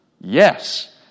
yes